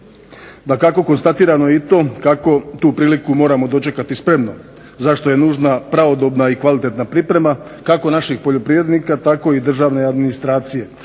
Dakako, konstatirano je i to kako tu priliku moramo dočekati spremno, za što je nužna pravodobna i kvalitetna priprema, kako naših poljoprivrednika tako i državne administracije,